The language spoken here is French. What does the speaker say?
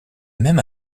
même